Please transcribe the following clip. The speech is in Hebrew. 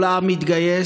כל העם מתגייס,